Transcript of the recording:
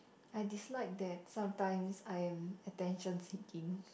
I dislike that sometimes I'm attention seeking